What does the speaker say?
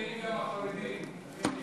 היו נהנים גם החרדים, לכן,